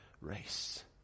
race